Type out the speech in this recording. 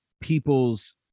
people's